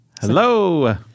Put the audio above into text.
Hello